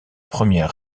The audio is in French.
premières